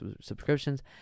subscriptions